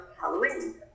Halloween